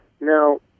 Now